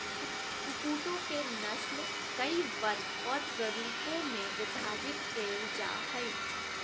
कुक्कुटों के नस्ल कई वर्ग और प्ररूपों में विभाजित कैल जा हइ